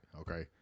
Okay